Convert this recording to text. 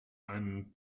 einen